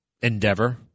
endeavor